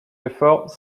efforts